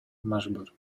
мажбур